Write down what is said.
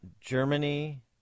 Germany